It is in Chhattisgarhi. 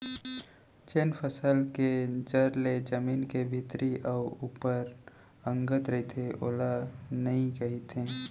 जेन फसल के जर ले जमीन के भीतरी अउ ऊपर अंगत रइथे ओला नइई कथें